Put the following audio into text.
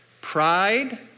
Pride